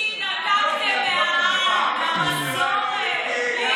התנתקתם מהעם, מהמסורת.